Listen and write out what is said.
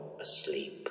asleep